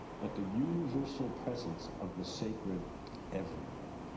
but the universal presence of the sacred everywhere.